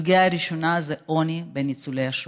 הסוגיה הראשונה היא עוני בקרב ניצולי השואה.